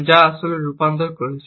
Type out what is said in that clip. যা আসলে রূপান্তর করছে